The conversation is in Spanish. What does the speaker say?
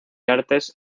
artes